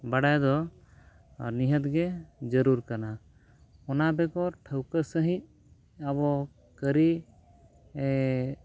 ᱵᱟᱲᱟᱭ ᱫᱚ ᱱᱤᱦᱟᱹᱛ ᱜᱮ ᱡᱟᱹᱨᱩᱲ ᱠᱟᱱᱟ ᱚᱱᱟ ᱵᱮᱜᱚᱨ ᱴᱷᱟᱹᱶᱠᱟᱹ ᱥᱟᱺᱦᱤᱡ ᱟᱵᱚ ᱠᱟᱹᱨᱤ